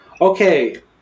Okay